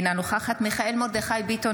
אינה נוכחת מיכאל מרדכי ביטון,